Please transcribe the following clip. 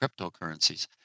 cryptocurrencies